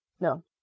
No